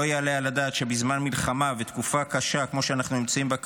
לא יעלה על הדעת שבזמן מלחמה ותקופה קשה כמו שאנחנו נמצאים בה כרגע,